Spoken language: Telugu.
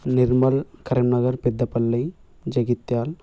నిర్మల్ కరీంనగర్ పెద్దపల్లి జగిత్యాల